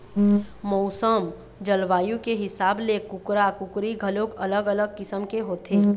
मउसम, जलवायु के हिसाब ले कुकरा, कुकरी घलोक अलग अलग किसम के होथे